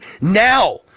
now